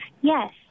Yes